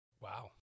Wow